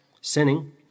sinning